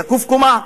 זקוף-קומה,